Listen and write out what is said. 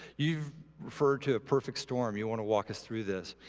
you've referred to a perfect storm. you want to walk us through this?